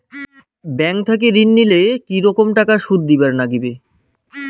Bank থাকি ঋণ নিলে কি রকম টাকা সুদ দিবার নাগিবে?